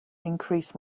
increase